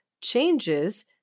changes